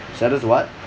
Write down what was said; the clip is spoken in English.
saddest what